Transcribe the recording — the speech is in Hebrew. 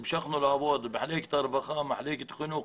המשכנו לעבוד במחלקת הרווחה ובמחלקת חינוך.